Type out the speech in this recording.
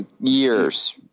years